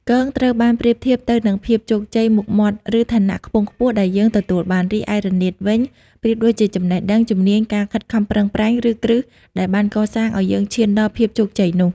គង ត្រូវបានប្រៀបធៀបទៅនឹងភាពជោគជ័យ មុខមាត់ ឬឋានៈខ្ពង់ខ្ពស់ដែលយើងទទួលបាន រីឯ រនាត វិញ ប្រៀបដូចជាចំណេះដឹង ជំនាញ ការខិតខំប្រឹងប្រែង ឬគ្រឹះដែលបានកសាងឱ្យយើងឈានដល់ភាពជោគជ័យនោះ។